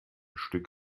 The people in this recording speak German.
stück